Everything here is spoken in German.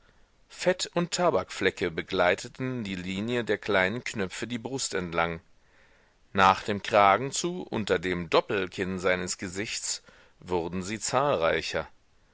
fett und tabakflecke begleiteten die linie der kleinen knöpfe die brust entlang nach dem kragen zu unter dem doppelkinn seines gesichts wurden sie zahlreicher